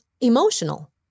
emotional